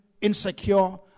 insecure